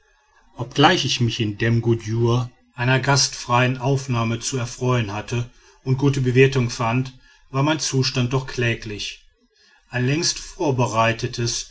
obgleich ich mich in dem gudju einer gastfreien aufnahme zu erfreuen hatte und gute bewirtung fand war mein zustand doch kläglich ein längst vorbereitetes